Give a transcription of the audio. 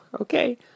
Okay